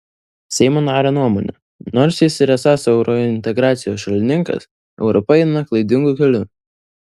seimo nario nuomone nors jis ir esąs eurointegracijos šalininkas europa eina klaidingu keliu